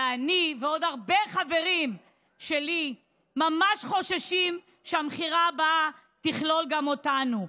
ואני ועוד הרבה חברים שלי ממש חוששים שהמכירה הבאה תכלול גם אותנו.